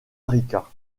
rica